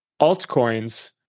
altcoins